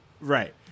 right